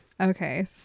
Okay